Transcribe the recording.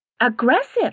aggressive